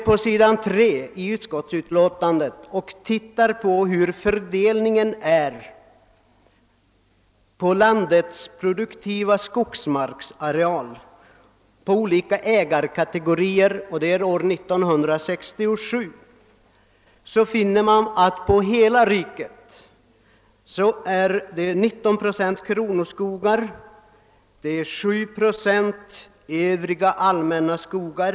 På s. 3 i utskottsutlåtandet anges fördelningen av landets produktiva skogsmarksareal på olika ägarkategorier år 1967. Man finner att i hela riket 19 procent av arealen är kronoskogar och 7 procent övriga allmänna skogar.